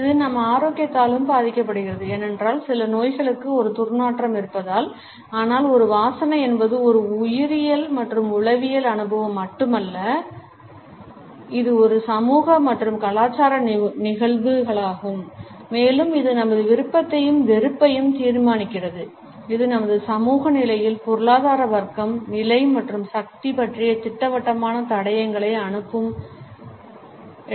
இது நம் ஆரோக்கியத்தாலும் பாதிக்கப்படுகிறது ஏனென்றால் சில நோய்களுக்கு ஒரு துர்நாற்றம் இருப்பதால் ஆனால் ஒரு வாசனை என்பது ஒரு உயிரியல் மற்றும் உளவியல் அனுபவம் மட்டுமல்ல இது ஒரு சமூக மற்றும் கலாச்சார நிகழ்வுகளாகும் மேலும் இது நமது விருப்பத்தையும் வெறுப்பையும் தீர்மானிக்கிறது இது நமது சமூக நிலைகள் பொருளாதார வர்க்கம் நிலை மற்றும் சக்தி பற்றிய திட்டவட்டமான தடயங்களை அனுப்பும் நேரம்